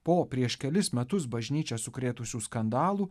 po prieš kelis metus bažnyčią sukrėtusių skandalų